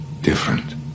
different